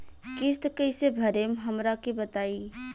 किस्त कइसे भरेम हमरा के बताई?